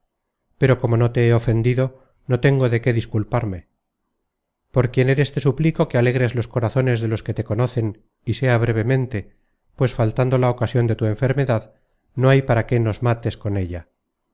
pero como no te he ofendido no tengo de qué disculparme por quien eres te suplico que alegres los corazones de los que te conocen y sea brevemente pues faltando la ocasion de tu enfermedad no hay para qué nos mates con ella